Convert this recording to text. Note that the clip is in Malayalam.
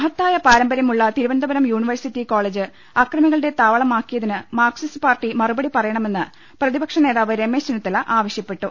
മഹത്തായ പാരമ്പരൃമുള്ള തിരുവനന്തപുരം യൂണിവേഴ്സിറ്റി കോളജ് അക്രമികളുടെ താവളമാക്കിയതിന് മാർക്സിസ്റ്റ് പാർട്ടി മറുപടി പറയണ മെന്ന് പ്രതിപക്ഷനേതാവ് രമേശ് ചെന്നിത്തല ആവശ്യപ്പെട്ടു